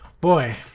boy